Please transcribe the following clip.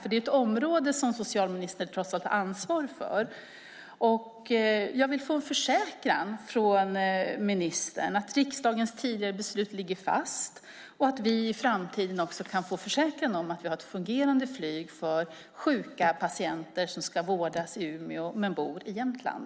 Det är ett område som socialministern trots allt har ansvar för. Jag vill få en försäkran från ministern att riksdagens tidigare beslut ligger fast. Vi vill också i framtiden få en försäkran om att vi har ett fungerande flyg för sjuka patienter som ska vårdas i Umeå men bor i Jämtland.